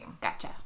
Gotcha